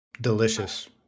delicious